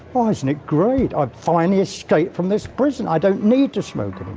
why, isn't it great? i've finally escaped from this prison. i don't need to smoke